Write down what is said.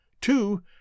Two